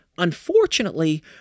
Unfortunately